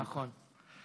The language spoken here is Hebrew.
נכון.